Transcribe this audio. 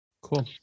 Cool